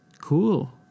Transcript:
cool